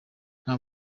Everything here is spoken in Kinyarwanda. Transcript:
nta